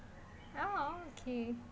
oh okay